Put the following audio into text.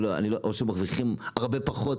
או שמרוויחים פחות.